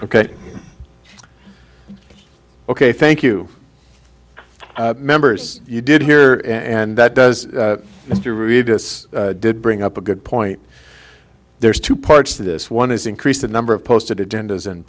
ok ok thank you members you did here and that does mr redus did bring up a good point there's two parts to this one is increase the number of posted agendas and